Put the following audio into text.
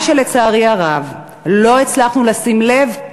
מה שלצערי הרב לא הצלחנו לשים לב אליו,